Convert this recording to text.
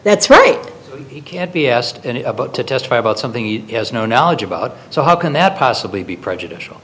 that's right he can't be asked to testify about something he has no knowledge about so how can that possibly be prejudicial